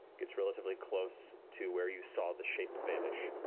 gets relatively close to where you saw the shape vanish.